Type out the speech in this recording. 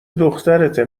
دخترته